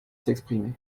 s’exprimer